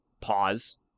pause